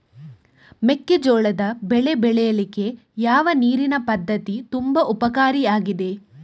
ಮೆಕ್ಕೆಜೋಳದ ಬೆಳೆ ಬೆಳೀಲಿಕ್ಕೆ ಯಾವ ನೀರಿನ ಪದ್ಧತಿ ತುಂಬಾ ಉಪಕಾರಿ ಆಗಿದೆ?